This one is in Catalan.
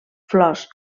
flors